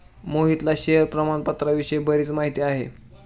मोहितला शेअर प्रामाणपत्राविषयी बरीच माहिती आहे